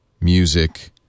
music